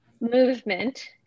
movement